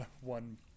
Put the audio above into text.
one